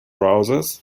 browsers